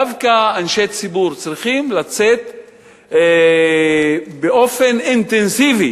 דווקא אנשי ציבור צריכים לצאת באופן אינטנסיבי